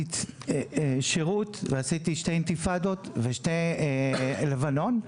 שירות ועשיתי שתי אינתיפאדות ושתי לבנון,